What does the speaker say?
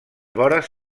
vores